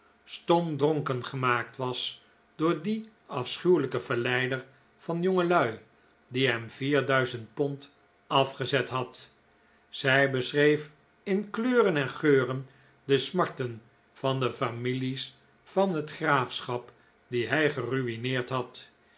stomdronken gemaakt was door dien afschuwelijken verleider van jongelui die hem vier duizend pond afgezet had zij beschreef in kleuren en geuren de smarten van de families van het graafschap die hij geru'ineerd had